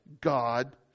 God